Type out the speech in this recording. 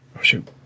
shoot